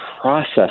process